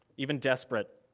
even desperate,